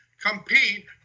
compete